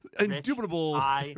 indubitable